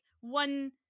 one